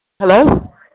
Hello